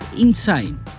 insane